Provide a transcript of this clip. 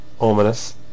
ominous